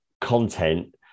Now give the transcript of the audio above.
content